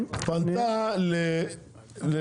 לא